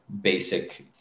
basic